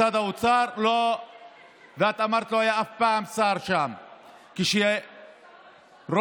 הם בשקט, לא עושים שום דבר רע,